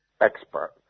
expert